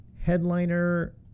headliner